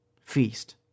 feast